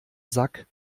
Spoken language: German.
sack